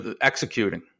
executing